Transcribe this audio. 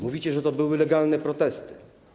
Mówicie, że to były legalne protesty.